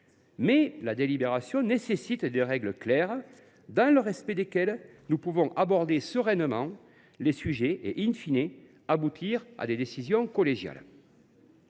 Mais la délibération nécessite des règles claires, dans le respect desquelles nous pouvons aborder sereinement les sujets et,, aboutir à des décisions collégiales.